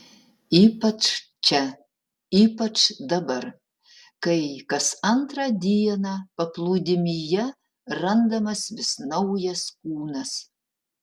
ypač čia ypač dabar kai kas antrą dieną paplūdimyje randamas vis naujas kūnas